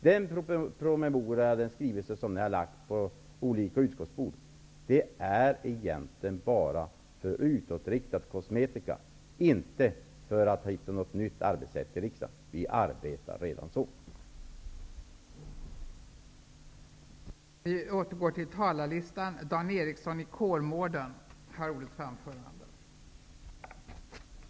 Den promemoria som ni har lagt på olika utskotts bord innehåller egentligen bara utåtriktad kosmetika. Den är inte till för att hitta något nytt arbetssätt i riksdagen. Vi arbetar redan på det sättet.